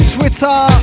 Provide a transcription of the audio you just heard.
Twitter